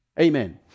Amen